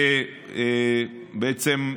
ובעצם,